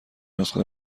نسخه